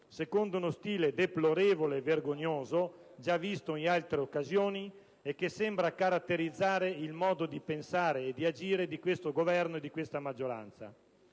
secondo uno stile deplorevole e vergognoso già visto in altre occasioni e che sembra caratterizzare il modo di pensare e di agire di questo Governo e di questa maggioranza.